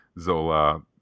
Zola